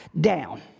down